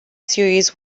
series